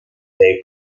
day